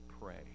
pray